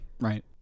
right